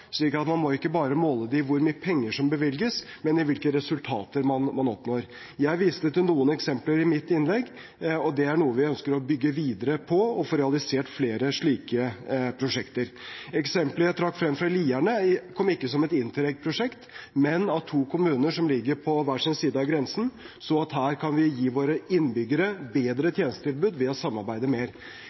Man må ikke bare måle det i hvor mye penger som bevilges, men hvilke resultater man oppnår. Jeg viste til noen eksempler i mitt innlegg, og det er noe vi ønsker å bygge videre på og få realisert flere slike prosjekter. Eksemplet jeg trakk frem fra Lierne, er ikke et Interreg-prosjekt, men gjelder to kommuner som ligger på hver sin side av grensen. Vi kan gi våre innbyggere bedre tjenestetilbud ved å samarbeide mer.